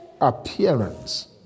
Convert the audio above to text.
appearance